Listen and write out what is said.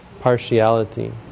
partiality